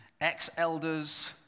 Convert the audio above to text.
ex-elders